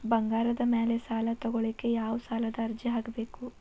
ಬಂಗಾರದ ಮ್ಯಾಲೆ ಸಾಲಾ ತಗೋಳಿಕ್ಕೆ ಯಾವ ಸಾಲದ ಅರ್ಜಿ ಹಾಕ್ಬೇಕು?